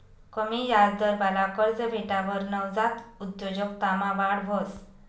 कमी याजदरवाला कर्ज भेटावर नवजात उद्योजकतामा वाढ व्हस